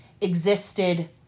existed